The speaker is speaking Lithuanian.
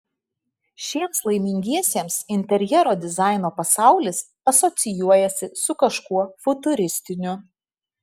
šiems laimingiesiems interjero dizaino pasaulis asocijuojasi su kažkuo futuristiniu